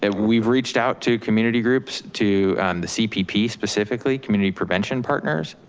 ah we've reached out to community groups, to the cpp specifically, community prevention partners.